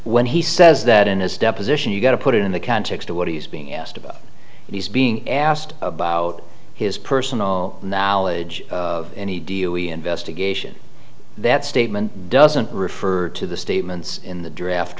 when he says that in his deposition you've got to put it in the context of what he's being asked about and he's being asked about his personal knowledge of any deal we investigation that statement doesn't refer to the statements in the draft